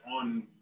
on